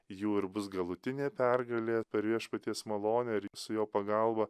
jų ir bus galutinė pergalė per viešpaties malonę ir su jo pagalba